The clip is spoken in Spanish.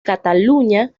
cataluña